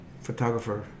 photographer